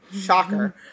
Shocker